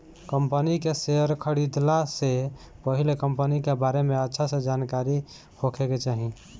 company के share खरीदला से पहिले कंपनी के बारे में अच्छा से जानकारी होखे के चाही